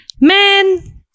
man